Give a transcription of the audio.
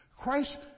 Christ